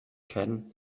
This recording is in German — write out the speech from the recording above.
ken